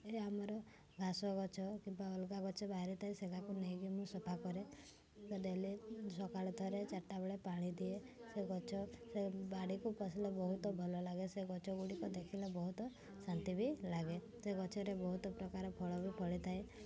ଏ ଆମର ଘାସ ଗଛ କିବା ଅଲଗା ଗଛ ବାହାରି ଥାଏ ସେଗାକୁ ନେଇକି ମୁଁ ସଫା କରେ ତ ଡେଲି ସକାଳୁ ଥରେ ଚାରିଟା ବେଳେ ପାଣି ଦିଏ ସେ ଗଛରେ ବାଡ଼ିକୁ ପସିଲେ ବହୁତ ଭଲ ଲାଗେ ସେ ଗଛଗୁଡ଼ିକ ଦେଖିଲେ ବହୁତ ଶାନ୍ତି ବି ଲାଗେ ସେ ଗଛରେ ବହୁତ ପ୍ରକାର ଫଳ ବି ଫଳିଥାଏ